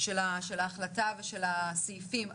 של ההחלטה ושל הסעיפים.